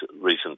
recent